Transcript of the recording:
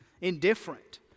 indifferent